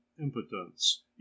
IMPOTENCE